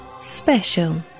special